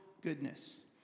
goodness